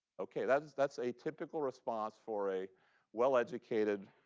ok, that's that's a typical response for a well-educated,